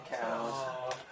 cows